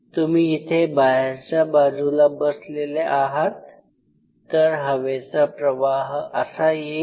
तुम्ही इथे बाहेरच्या बाजूला बसलेले आहात तर हवेचा प्रवाह असा येईल